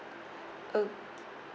okay